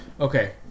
okay